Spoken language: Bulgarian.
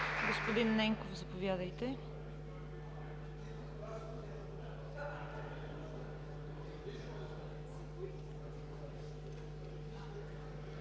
Господин Ненков, заповядайте.